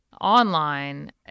online